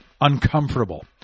uncomfortable